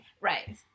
Right